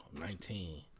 Nineteen